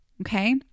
Okay